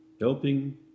helping